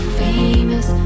famous